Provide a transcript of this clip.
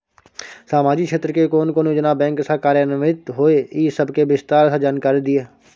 सामाजिक क्षेत्र के कोन कोन योजना बैंक स कार्यान्वित होय इ सब के विस्तार स जानकारी दिय?